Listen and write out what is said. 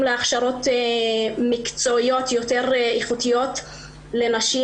להכשרות מקצועיות איכותיות יותר לנשים.